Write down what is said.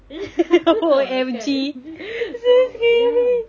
kan so ya